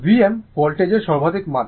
Vm ভোল্টেজের সর্বাধিক মান